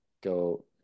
go